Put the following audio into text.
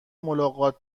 ملاقات